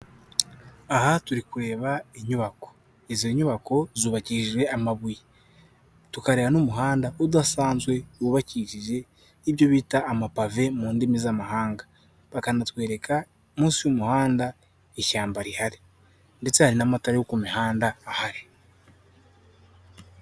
Aha turi kureba inyubako izo nyubako zubakishije amabuye, tukareba n'umuhanda udasanzwe wubakishije ibyo bita amapave mu ndimi z'amahanga. Bakanatwereka munsi y'umuhanda ishyamba rihari, ndetse hari n'amatara yo ku mihanda ahari.